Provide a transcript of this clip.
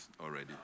already